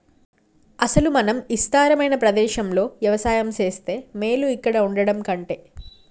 అసలు మనం ఇస్తారమైన ప్రదేశంలో యవసాయం సేస్తే మేలు ఇక్కడ వుండటం కంటె